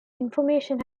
information